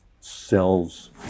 cells